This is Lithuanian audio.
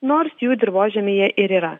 nors jų dirvožemyje ir yra